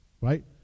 right